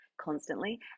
constantly